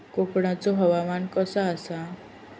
कोकनचो हवामान कसा आसा?